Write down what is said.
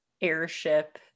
airship